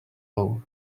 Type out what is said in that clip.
low